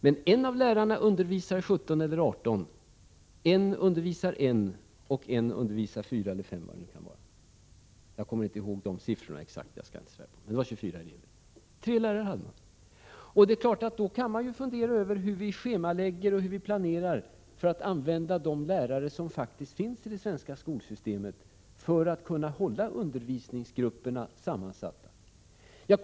Men en av lärarna undervisar 17 eller 18 timmar, en undervisar 1 timme, och en undervisar 4 eller 5 timmar i veckan — jag kommer inte ihåg de exakta siffrorna. Då kan man fundera över hur vi schemalägger och planerar för att använda de lärare som faktiskt finns i det svenska skolsystemet så, att undervisningsgrupperna verkligen kan hållas samman. Jag kant.ex.